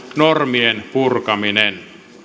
normien purkaminen